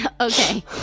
Okay